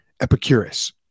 Epicurus